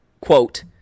quote